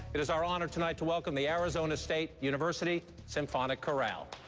it's our honor tonight to welcome the arizona state university symphonic chorale.